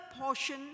portion